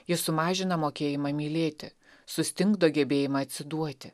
ji sumažina mokėjimą mylėti sustingdo gebėjimą atsiduoti